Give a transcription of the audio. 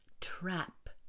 Trap